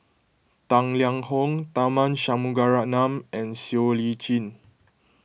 Tang Liang Hong Tharman Shanmugaratnam and Siow Lee Chin